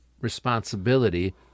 responsibility